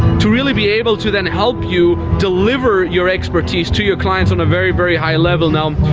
to really be able to then help you deliver your expertise to your clients on a very, very high level. now,